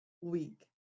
week